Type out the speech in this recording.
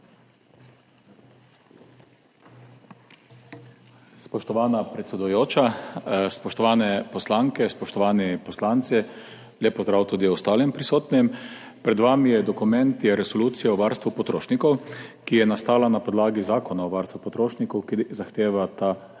Spoštovana predsedujoča, spoštovane poslanke, spoštovani poslanci! Lep pozdrav tudi ostalim prisotnim! Pred vami je dokument, resolucija o varstvu potrošnikov, ki je nastala na podlagi Zakona o varstvu potrošnikov, ki zahteva ta